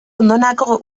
ondonako